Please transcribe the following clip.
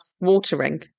watering